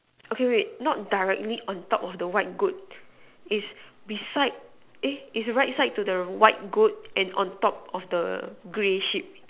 okay wait not directly on top of the white goat it's beside eh it's right side to the white goat and on top of the grey sheep